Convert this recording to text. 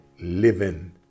living